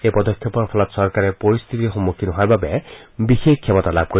এই পদক্ষেপৰ ফলত চৰকাৰে পৰিস্থিতিৰ সন্মুখীন হোৱাৰ বাবে বিশেষ ক্ষমতা লাভ কৰিব